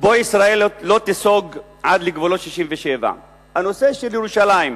שבו ישראל לא תיסוג עד לגבולות 67'. הנושא של ירושלים,